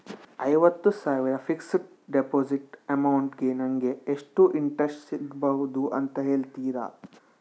ಐವತ್ತು ಸಾವಿರ fixed deposit amount ಗೆ ನಂಗೆ ಎಷ್ಟು ಇಂಟ್ರೆಸ್ಟ್ ಸಿಗ್ಬಹುದು ಅಂತ ಹೇಳ್ತೀರಾ?